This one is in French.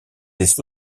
des